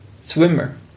swimmer